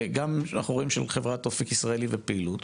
גם אנחנו רואים של חברת "אופק ישראלי" ופעילות,